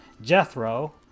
Jethro